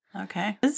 Okay